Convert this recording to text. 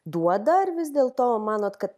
duoda ar vis dėlto manot kad